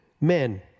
men